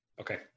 Okay